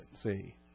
See